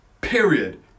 period